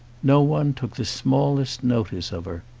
no one took the smallest notice of her.